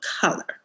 color